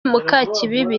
mukakibibi